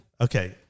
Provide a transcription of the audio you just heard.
Okay